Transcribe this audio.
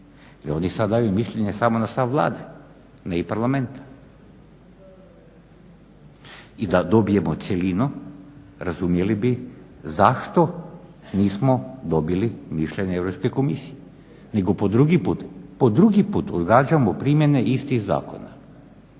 jer oni sad daju mišljenje samo na stav Vlade ne i Parlamenta. I da dobijemo cjelinu razumjeli bi zašto nismo dobili mišljenje Europske komisije, nego po drugi put odgađamo primjene istih zakona.